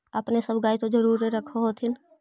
अपने सब गाय तो जरुरे रख होत्थिन?